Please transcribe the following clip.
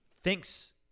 thinks